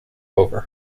over